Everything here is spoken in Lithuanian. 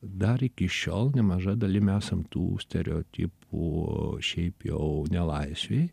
dar iki šiol nemaža dalim esam tų stereotipų šiaip jau nelaisvėj